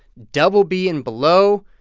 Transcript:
double b and below,